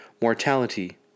mortality